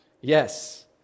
Yes